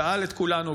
ששאל את כולנו,